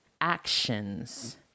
actions